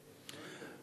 נתקבל.